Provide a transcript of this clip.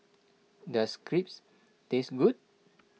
does Crepes taste good